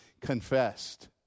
confessed